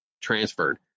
transferred